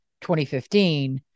2015